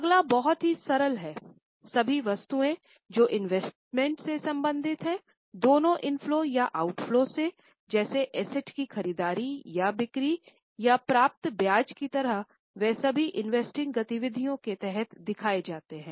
अगला बहुत ही सरल हैसभी वस्तुऐ जो इन्वेस्टमेंट गतिविधियों के तहत दिखाए जाते हैं